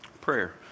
prayer